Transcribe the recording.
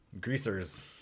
Greasers